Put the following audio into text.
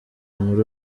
muri